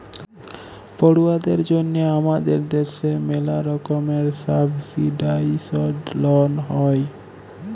পড়ুয়াদের জন্যহে হামাদের দ্যাশে ম্যালা রকমের সাবসিডাইসদ লন হ্যয়